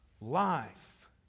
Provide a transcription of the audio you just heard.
life